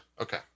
okay